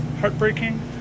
heartbreaking